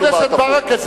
חבר הכנסת ברכה,